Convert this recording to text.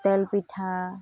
তেলপিঠা